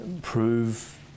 prove